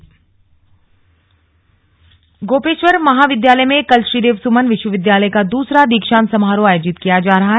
दीक्षांत समारोह गोपेश्वर महाविद्यालय में कल श्रीदेव सुमन विश्वविद्यालय का दूसरा दीक्षांत समारोह आयोजित किया जा रहा है